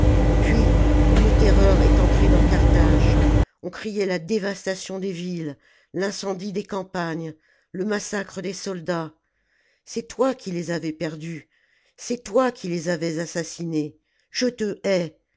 puis une terreur est entrée dans carthage on criait la dévastation des villes l'incendie des campagnes le massacre des soldats c'est toi qui les avais perdus c'est toi qui les avais assassinés je te nais